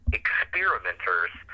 experimenters